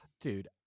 dude